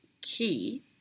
key